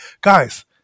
guys